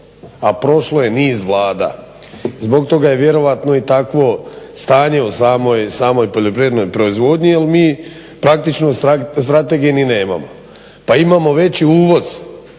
a prošlo je niz vlada i zbog toga je vjerojatno i takvo stanje u samoj poljoprivrednoj proizvodnji jer mi praktično strategije ni nemamo. Pa imamo veći uvoz